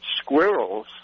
squirrels